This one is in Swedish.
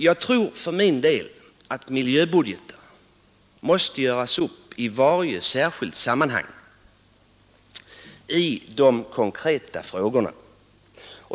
Jag tror att miljöbudgeter måste göras upp i varje särskilt sammanhang i de konkreta frågorna.